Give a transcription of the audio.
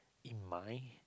in mind